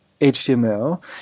HTML